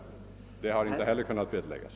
Den saken har inte heller kunnat vederläggas.